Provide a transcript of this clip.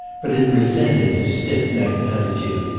but it resented his stiff-necked attitude.